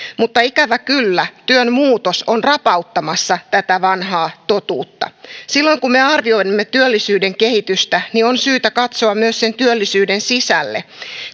mutta ikävä kyllä työn muutos on rapauttamassa tätä vanhaa totuutta silloin kun me arvioimme työllisyyden kehitystä on syytä katsoa myös sen työllisyyden sisälle